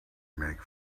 make